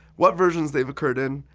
what versions they've occurred in,